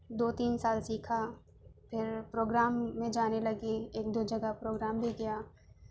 دو تین سال سیکھا پھر پروگرام میں جانے لگی ایک دو جگہ پروگرام بھی کیا